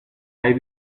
eyes